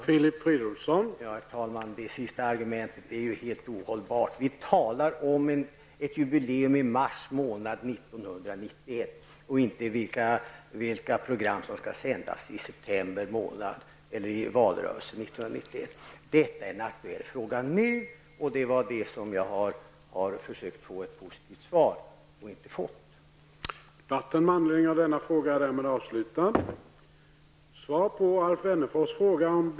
Herr talman! Det senaste argumentet är helt ohållbart. Vi talar om ett jubileum i mars månad 1991 och inte om vilka program som skall sändas i september månad i valrörelsen 1991. Detta är en aktuell fråga nu. Det är i den jag har försökt att få ett positivt svar på men inte har fått det.